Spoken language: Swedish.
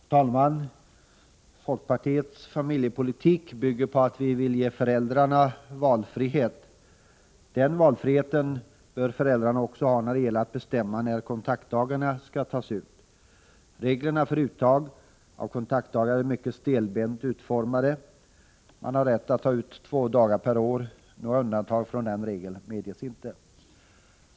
Herr talman! Folkpartiets familjepolitik bygger på att vi vill ge föräldrarna valfrihet. Den valfriheten bör föräldrarna också ha när det gäller att bestämma när kontaktdagarna skall tas ut. Reglerna för uttag av kontaktdagar är mycket stelbent utformade. Man har rätt att ta ut två dagar per år. Några undantag från den regeln medges inte.